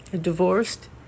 divorced